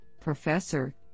Professor